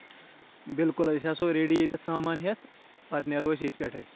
بِلکُل أسۍ آسو ریڈی ییٚتؠتھ سامان ہیٚتھ پَتہٕ نیرو أسۍ ییٚتہِ پؠٹھٕے